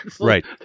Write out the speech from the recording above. Right